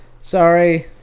sorry